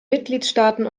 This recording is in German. mitgliedstaaten